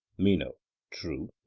meno true.